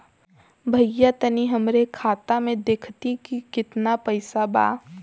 भईया तनि हमरे खाता में देखती की कितना पइसा बा?